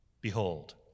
Behold